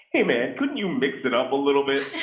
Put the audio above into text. hey man, couldn't you mix it up a little bit?